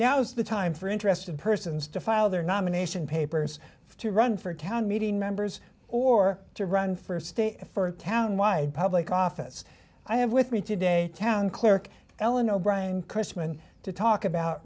now's the time for interested persons to file their nomination papers to run for town meeting members or to run for state for a county wide public office i have with me today town clerk ellen o'brien chrisman to talk about